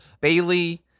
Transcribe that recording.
Bailey